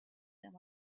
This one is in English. them